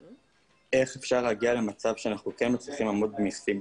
איך אפשר להגיע למצב שאנחנו כן מצליחים לעמוד במכסות?